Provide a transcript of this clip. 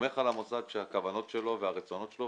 סומך על המוסד בכוונות וברצונות שלו,